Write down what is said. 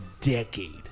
decade